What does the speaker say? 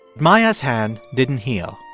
maya's hand didn't heal.